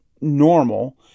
normal